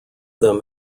them